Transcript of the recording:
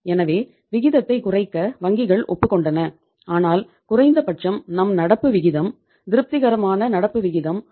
எனவே விகிதத்தை குறைக்க வங்கிகள் ஒப்புக் கொண்டன ஆனால் குறைந்தபட்சம் நம் நடப்பு விகிதம் திருப்திகரமான நடப்பு விகிதம் 1